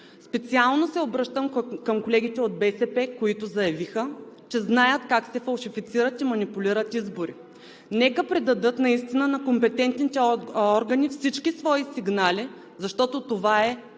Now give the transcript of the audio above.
Специално се обръщам към колегите от БСП, които заявиха, че знаят как се фалшифицират и манипулират избори. Нека предадат наистина на компетентните органи всички свои сигнали, защото това е